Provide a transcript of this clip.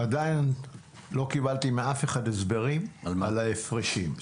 עדיין לא קיבלתי מאף אחד הסברים על ההפרשים.